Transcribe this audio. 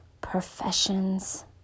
professions